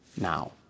now